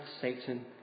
Satan